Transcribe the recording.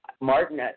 Martin